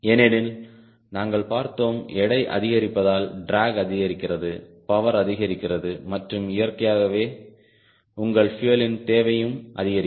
ஏனெனில் நாங்கள் பார்த்தோம் எடை அதிகரிப்பதால் டிராக் அதிகரிக்கிறது பவர் அதிகரிக்கிறது மற்றும் இயற்கையாகவே உங்கள் பியூயலின் தேவையும் அதிகரிக்கும்